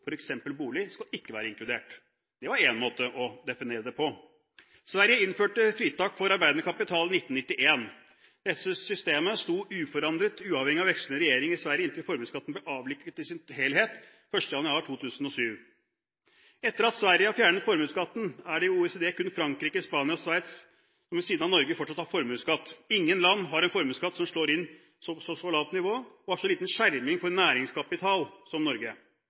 f.eks. bolig, skal ikke være inkludert. Det var én måte å definere det på. Sverige innførte fritak for arbeidende kapital i 1991. Dette systemet sto uforandret, uavhengig av vekslende regjeringer i Sverige, inntil formuesskatten ble avviklet i sin helhet 1. januar 2007. Etter at Sverige har fjernet formuesskatten, er det i OECD kun Frankrike, Spania og Sveits, ved siden av Norge, som fortsatt har formuesskatt. Ingen andre land har en formuesskatt som slår inn på så lavt nivå og har så lite skjerming for næringskapital som Norge.